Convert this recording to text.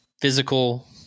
Physical